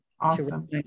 Awesome